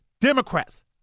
Democrats